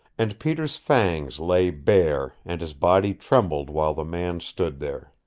and peter's fangs lay bare and his body trembled while the man stood there.